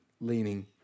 leaning